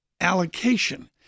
allocation